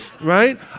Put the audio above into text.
Right